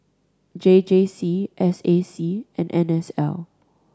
J J C S A C and N S L